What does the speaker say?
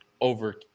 over